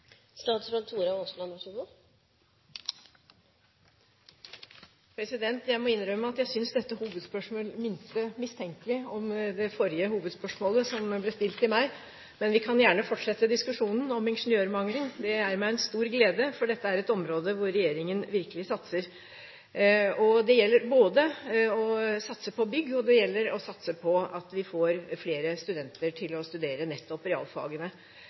Jeg må innrømme at jeg synes dette hovedspørsmålet minte mistenkelig om det forrige hovedspørsmålet som ble stilt til meg. Men vi kan gjerne fortsette diskusjonen om ingeniørmangelen. Det er meg en stor glede, for dette er et område der regjeringen virkelig satser. Det gjelder både det å satse på bygg og det å satse på at vi får flere studenter til å studere nettopp realfagene.